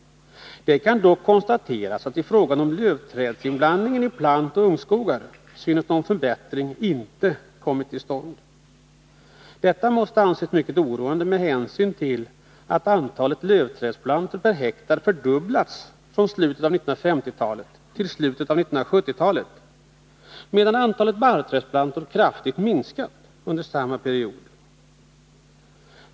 Det kan dock konstateras att ifråga om lövträdsinblandningen i plantoch ungskogarna synes någon förbättring inte kommit till stånd. Detta måste anses mycket Nr 48 oroande med hänsyn till att antalet lövträdsplantor per hektar fördubblades Torsdagen den från slutet av 1950-talet till slutet av 1970-talet medan antalet barrträdsplan 10 december 1981 tor minskade kraftigt under samma period.